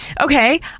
Okay